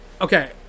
okay